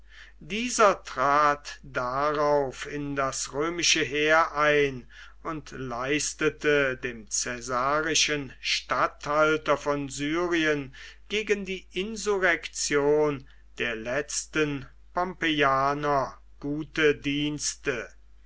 dieser trat darauf in das römische heer ein und leistete dem caesarischen statthalter von syrien gegen die insurrektion der letzten pompeianer gute dienste